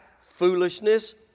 foolishness